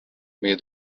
meie